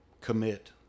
commit